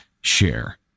share